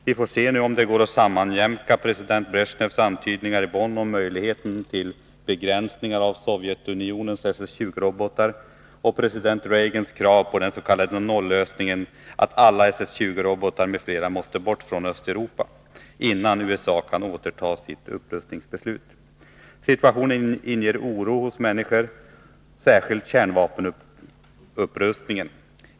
Vi får se om det går att sammanjämka president Bresjnevs antydningar i Bonn om möjligheter till begränsningar av Sovjetunionens SS 20-robotar och president Reagans krav på den s.k. nollösningen, att alla SS 20-robotar m.fl. måste bort ifrån Östeuropa, innan USA kan återta sitt upprustningsbeslut. Situationen inger oro hos människorna — det gäller särskilt kärnvapenupprustningen.